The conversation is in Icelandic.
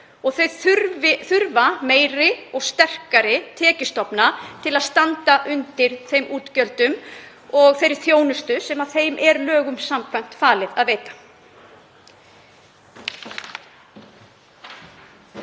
og þau þurfa meiri og sterkari tekjustofna til að standa undir þeim útgjöldum og þeirri þjónustu sem þeim er lögum samkvæmt falið að veita.